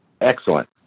Excellent